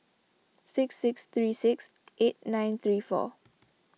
six six three six eight nine three four